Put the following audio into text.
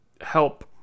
help